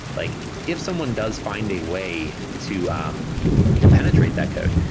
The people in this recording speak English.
like if someone does find a way to um to penetrate that code,